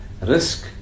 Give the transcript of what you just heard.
risk